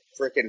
freaking